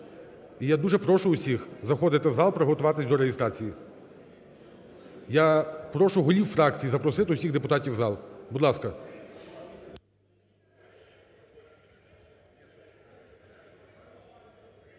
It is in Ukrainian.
І я дуже прошу всіх заходити в зал і приготуватись до реєстрації. Я прошу голів фракцій запросити всіх депутатів у зал, будь ласка.